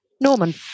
Norman